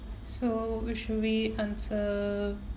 so which should we answer